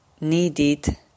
needed